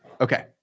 okay